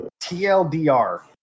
TLDR